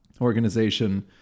organization